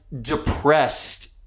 depressed